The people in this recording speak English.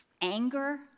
anger